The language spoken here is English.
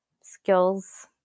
skills